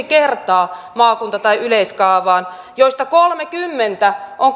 kertaa maakunta tai yleiskaavaan joista kolmekymmentä on